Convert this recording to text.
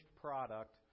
product